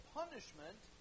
punishment